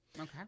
Okay